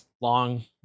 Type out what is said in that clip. long